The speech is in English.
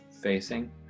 facing